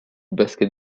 basket